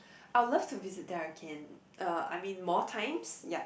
I would love to visit there again uh I mean more times ya